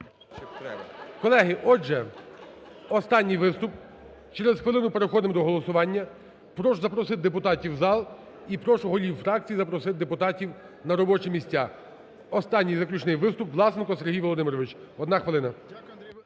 Колеги, отже, останній виступ. Через хвилину переходимо до голосування. Прошу запросити депутатів в зал і прошу голів фракцій запросити депутатів на робочі місця. Останній, заключний виступ – Власенко Сергій Володимирович, одна хвилина.